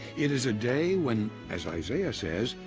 it is a day when, as isaiah says,